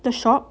the shop